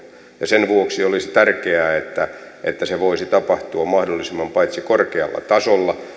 ja sen vuoksi olisi tärkeää että että se voisi tapahtua paitsi mahdollisimman korkealla tasolla